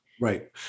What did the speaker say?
Right